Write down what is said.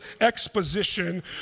exposition